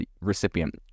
recipient